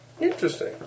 Interesting